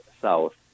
south